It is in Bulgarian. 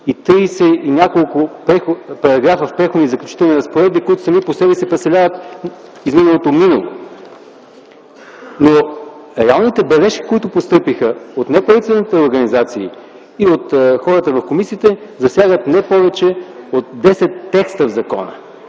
и 30 и няколко параграфа в Преходни и заключителни разпоредби, които сами по себе си представляват съществуващото досега. Реалните бележки, които постъпиха от неправителствените организации и от хората в комисиите, засягат не повече от 10 текста в закона,